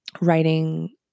writing